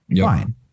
Fine